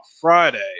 Friday